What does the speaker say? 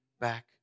back